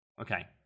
Okay